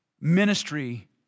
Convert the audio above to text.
ministry